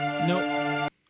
Nope